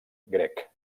grec